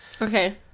Okay